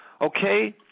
okay